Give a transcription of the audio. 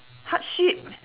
hardship